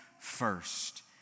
first